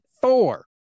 four